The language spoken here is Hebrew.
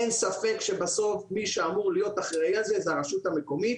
אין ספק שבסוף מי שאמור להיות אחראי על זה היא הרשות המקומית,